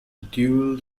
duel